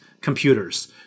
computers